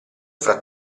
fra